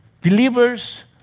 Believers